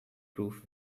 proof